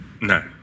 No